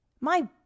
My